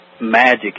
magic